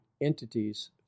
entities